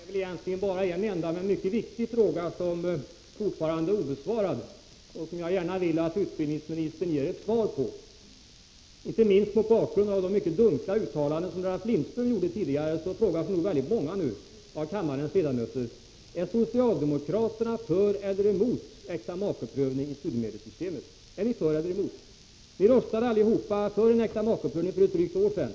Herr talman! Det är väl egentligen bara en enda men mycket viktig fråga som fortfarande är obesvarad och som jag gärna vill att utbildningsministern ger ett svar på. Inte minst mot bakgrund av de mycket dunkla uttalanden som Ralf Lindström gjorde tidigare frågar sig nog väldigt många av kammarens ledamöter nu: Är socialdemokraterna för eller emot äktamakeprövning i studiemedelssystemet? Ni röstade alla för en äktamakeprövning för ett drygt år sedan.